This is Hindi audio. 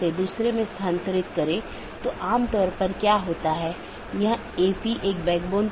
सत्र का उपयोग राउटिंग सूचनाओं के आदान प्रदान के लिए किया जाता है और पड़ोसी जीवित संदेश भेजकर सत्र की स्थिति की निगरानी करते हैं